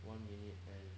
one minute and